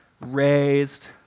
raised